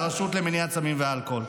את הרשות למלחמה בסמים ובאלכוהול.